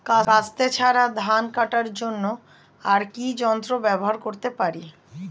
কাস্তে ছাড়া ধান কাটার জন্য আর কি যন্ত্র ব্যবহার করতে পারি?